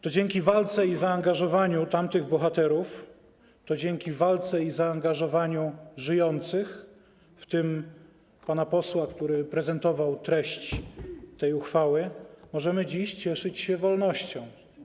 To dzięki walce i zaangażowaniu tamtych bohaterów, to dzięki walce i zaangażowaniu żyjących, w tym pana posła, który prezentował treść tej uchwały, możemy dziś cieszyć się wolnością.